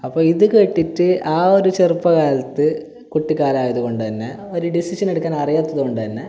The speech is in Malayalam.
അപ്പം ഇത് കേട്ടിട്ട് ആ ഒരു ചെറുപ്പ കാലത്ത് കുട്ടിക്കാലം ആയതു കൊണ്ട് തന്നെ ഒരു ഡിസിഷൻ എടുക്കാൻ അറിയാത്തതു കൊണ്ട് തന്നെ